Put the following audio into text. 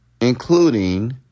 including